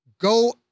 go